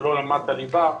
שלא למדת לימודי ליבה.